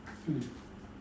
mm